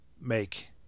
make